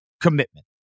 commitment